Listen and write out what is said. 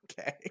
Okay